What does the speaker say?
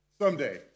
Someday